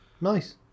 Nice